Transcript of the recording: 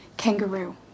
Kangaroo